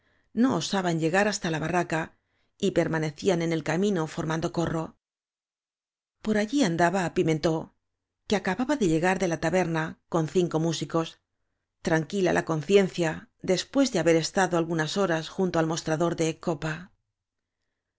no osaban llegar hasta la barraca y permanecían en el camino formando corro por allí andaba pimentó que acababa de llegar de a taber na con cinco músicos tranquila la conciencia después de haber estado algunas horas junto al mostrador de copa